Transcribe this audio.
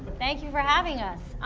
thank you for having us.